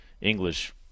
English